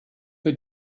für